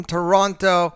Toronto